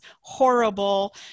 horrible